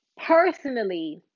personally